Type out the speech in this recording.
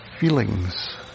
feelings